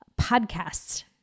podcasts